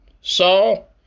Saul